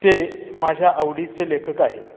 ते माझ्या आवडीचे लेखक आहेत